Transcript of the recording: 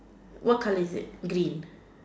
what colour is it green